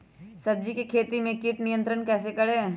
सब्जियों की खेती में कीट नियंत्रण कैसे करें?